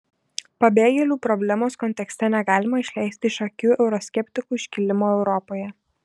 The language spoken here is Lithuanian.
pabėgėlių problemos kontekste negalima išleisti iš akių euroskeptikų iškilimo europoje